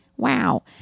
Wow